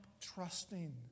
trusting